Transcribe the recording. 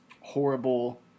horrible